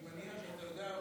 אני מניח שאתה יודע,